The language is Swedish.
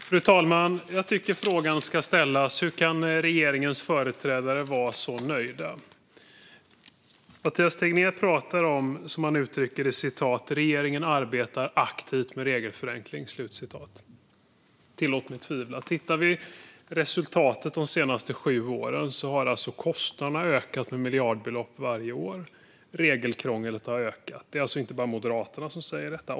Fru talman! Jag tycker att denna fråga ska ställas: Hur kan regeringens företrädare vara så nöjda? Mathias Tegnér säger: Regeringen arbetar aktivt med regelförenkling. Tillåt mig tvivla! Vi kan titta på resultatet de senaste sju åren. Kostnaderna har ökat med miljardbelopp varje år. Regelkrånglet har ökat. Det är alltså inte bara Moderaterna som säger detta.